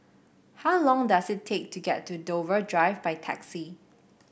how long does it take to get to Dover Drive by taxi